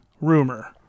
Rumor